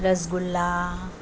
rasgulla